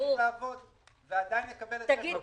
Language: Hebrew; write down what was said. בואו נתכונן למצב שבו נאפשר את זה --- לא,